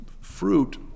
fruit